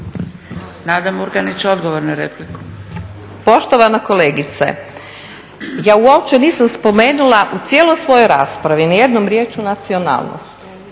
**Murganić, Nada (HDZ)** Poštovana kolegice, ja uopće nisam spomenula u cijeloj svojoj raspravi nijednom rječju nacionalnost